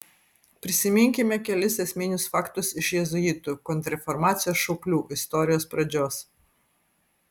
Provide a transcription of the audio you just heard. prisiminkime kelis esminius faktus iš jėzuitų kontrreformacijos šauklių istorijos pradžios